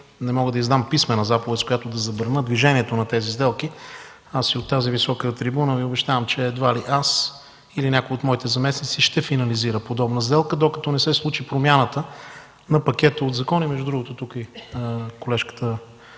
Не мога да издам писмена заповед, с която да забраня движението на тези сделки. От тази висока трибуна обещавам, че едва ли аз или някой от моите заместници ще финализира подобна сделка, докато не се случи промяната на пакета от закони. Между другото тук е и колежката